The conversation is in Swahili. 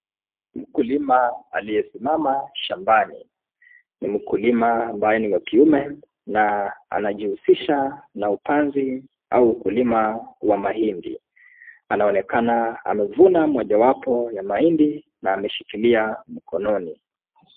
Mkulima aliyesimama shambani ni mkulima ambaye ni wa kiume na anajihusisha na upanzi au ukulima wa mahindi. Anaonekana amevuna mojawapo ya mahindi na ameshikilia mkononi.